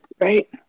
Right